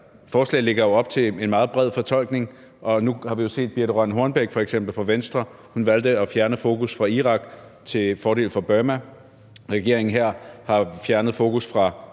forslag lægger jo op til en meget bred fortolkning. Nu har vi set fru Birthe Rønn Hornbech fra Venstre, som valgte at fjerne fokus fra Irak til fordel for Burma. Regeringen her har fjernet fokus fra